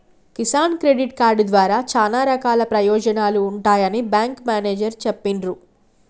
Kisan credit card ద్వారా చానా రకాల ప్రయోజనాలు ఉంటాయని బేంకు మేనేజరు చెప్పిన్రు